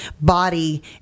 body